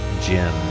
Jim